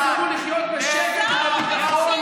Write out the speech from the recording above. כדי שהם יחזרו לחיות בשקט ובביטחון,